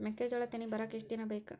ಮೆಕ್ಕೆಜೋಳಾ ತೆನಿ ಬರಾಕ್ ಎಷ್ಟ ದಿನ ಬೇಕ್?